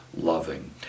loving